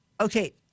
Okay